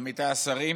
עמיתיי השרים,